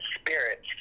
spirits